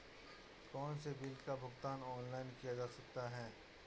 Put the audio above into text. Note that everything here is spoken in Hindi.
कौनसे बिलों का भुगतान ऑनलाइन किया जा सकता है?